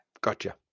Gotcha